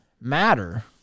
matter